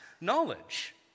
knowledge